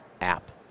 App